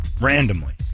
randomly